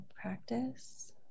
practice